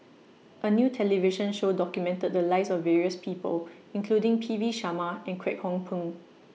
A New television Show documented The Lives of various People including P V Sharma and Kwek Hong Png